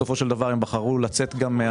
בסופו של דבר הם בחרו לצאת מהדיון